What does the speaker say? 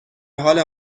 حال